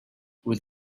with